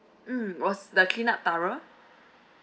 mm was the clean up thorough